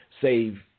save